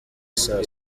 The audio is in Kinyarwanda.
saa